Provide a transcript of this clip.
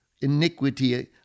iniquity